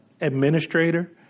administrator